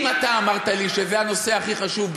אם אתה אמרת לי שזה הנושא הכי חשוב,